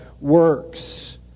works